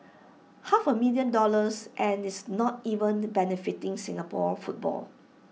half A million dollars and it's not even benefiting Singapore football